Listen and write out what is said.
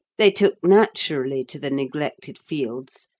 they took naturally to the neglected fields,